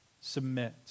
Submit